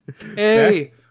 Hey